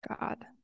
God